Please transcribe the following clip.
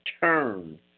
turn